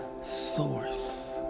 source